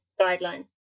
guidelines